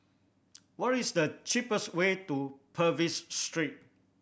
what is the cheapest way to Purvis Street